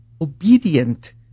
obedient